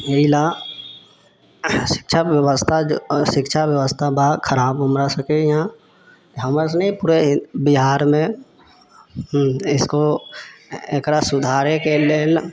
एहिलए शिक्षा बेबस्था जे अछि शिक्षा बेबस्था बा खराब हमरा सबके इहाँ हमरा सबनी पूरा बिहारमे इसको एकरा सुधारैके लेल